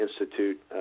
Institute